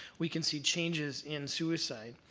we can see changes in suicide.